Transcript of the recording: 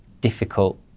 difficult